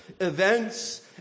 events